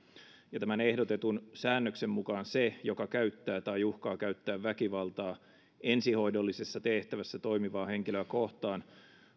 ja tämän ehdotetun säännöksen mukaan se joka käyttää tai uhkaa käyttää väkivaltaa ensihoidollisessa tehtävässä toimivaa henkilöä kohtaan